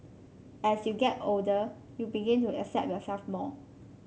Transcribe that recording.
as you get older you begin to accept yourself more